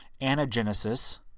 anagenesis